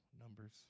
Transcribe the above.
numbers